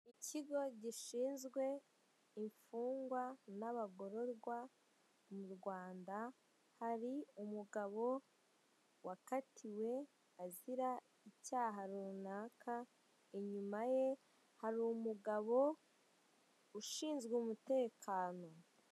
ikigo gishinzwe imfungwa n'abagororwa mu Rwanda, hari umugabo wakatiwe azira icyaha runaka, inyuma ye hari umugabo ushinzwe umutekano.